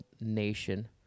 nation